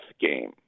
game